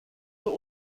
für